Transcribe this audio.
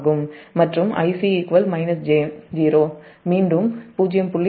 மற்றும் Ic j0 மீண்டும் 0